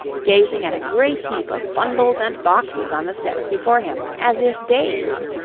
gazing at a great heap of bundles and boxes on the steps before him as if dazed.